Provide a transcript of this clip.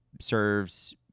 serves